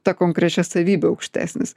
ta konkrečia savybe aukštesnis